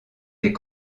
des